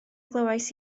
glywais